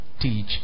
teach